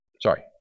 Sorry